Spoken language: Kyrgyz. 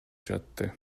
жатты